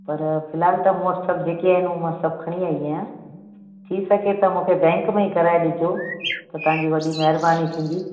पर फ़िल्हाल त मूं वटि सभु जेके आहिनि उहो सभु खणी आई आहियां थी सघे त मूंखे बैंक में कराए ॾिजो तव्हांजी वॾी महिरबानी थींदी